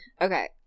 Okay